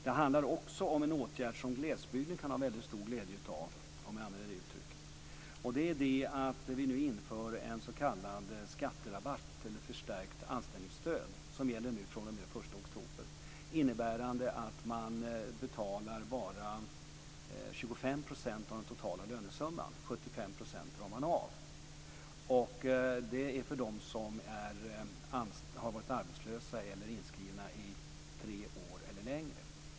Det handlar också om en åtgärd som glesbygden kan ha väldigt stor glädje av - om man använder det uttrycket - och det är att vi nu inför en s.k. skatterabatt eller ett förstärkt anställningsstöd som gäller nu fr.o.m. den 1 oktober, som innebär att man bara betalar 25 % av den totala lönesumman. 75 % drar man av. Det är för dem som har varit arbetslösa eller inskrivna i tre år eller längre.